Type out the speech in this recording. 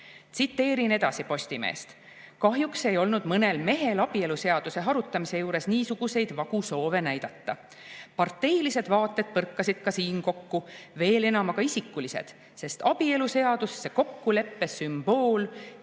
Tsiteerin edasi Postimeest. "Kahjuks ei olnud mõnel mehel abieluseaduse harutamise juures niisuguseid vagu soove näidata. Parteilised vaated põrkasid ka siin kokku, veel enam aga isikulised! Sest abielu seaduse kokkuleppe sümbool